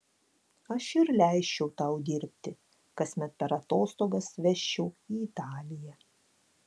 aš ir leisčiau tau dirbti kasmet per atostogas vežčiau į italiją